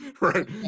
right